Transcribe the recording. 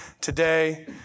today